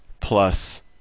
plus